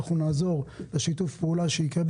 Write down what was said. נעזור לשיתוף פעולה שיקרה,